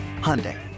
Hyundai